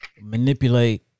manipulate